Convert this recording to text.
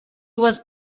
was